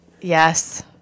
Yes